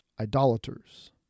idolaters